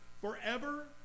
forever